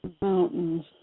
mountains